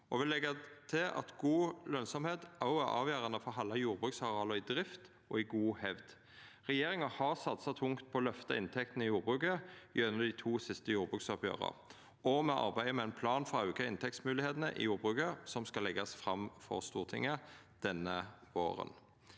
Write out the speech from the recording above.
vil leggja til at god lønsemd òg er avgjerande for å halda jordbruksareala i drift og i god hevd. Regjeringa har satsa tungt på å løfta inntektene i jordbruket gjennom dei siste to jordbruksoppgjera, og me arbeider med ein plan for å auka inntektsmoglegheitene i jordbruket, som skal leggjast fram for Stortinget denne våren.